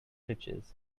riches